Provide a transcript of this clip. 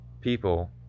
people